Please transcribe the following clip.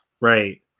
right